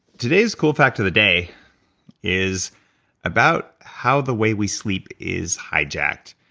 today's cool fact of the day is about how the way we sleep is hijacked.